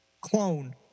clone